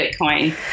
Bitcoin